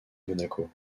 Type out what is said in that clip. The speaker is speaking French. monaco